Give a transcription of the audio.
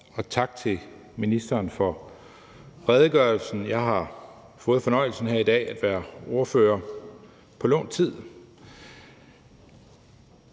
Og tak til ministeren for redegørelsen. Jeg har fået fornøjelsen her i dag af at være ordfører på lånt